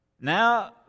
Now